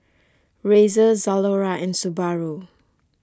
Razer Zalora and Subaru